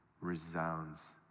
resounds